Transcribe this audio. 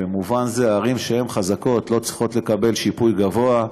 במובן זה שערים שהן חזקות לא צריכות לקבל שיפוי גבוה,